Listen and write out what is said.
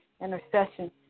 intercession